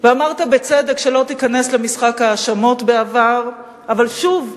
ואמרת בצדק שלא תיכנס למשחק האשמות בעבר, אבל שוב,